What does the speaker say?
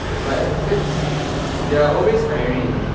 but because they are always hiring